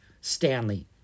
Stanley